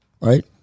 Right